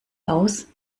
aus